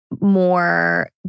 more